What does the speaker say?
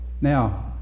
Now